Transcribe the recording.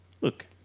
look